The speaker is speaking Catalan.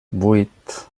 vuit